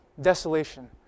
desolation